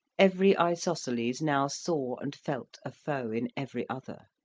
every isosceles now saw and felt a foe in every other.